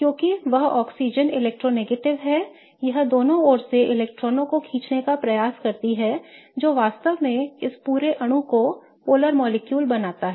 क्योंकि वह oxygen electronegative है यह दोनों ओर से इलेक्ट्रॉनों को खींचने का प्रयास करती है जो वास्तव में इस पूरे अणु को ध्रुवीय अणु बनाता है